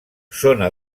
zona